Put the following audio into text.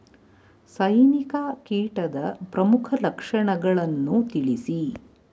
ಸೈನಿಕ ಕೀಟದ ಪ್ರಮುಖ ಲಕ್ಷಣಗಳನ್ನು ತಿಳಿಸಿ?